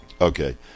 okay